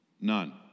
None